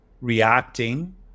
reacting